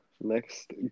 Next